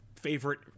favorite